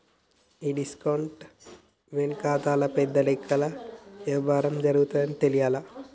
ఈ డిస్కౌంట్ వెనకాతల పెద్ద లెక్కల యవ్వారం జరగతాదని తెలియలా